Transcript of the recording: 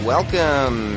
Welcome